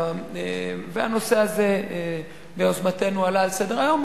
והנושא הזה עלה ביוזמתנו על סדר-היום.